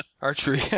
Archery